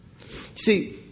See